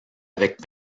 avec